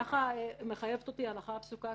ככה מחייבת אותי ההלכה הפסוקה,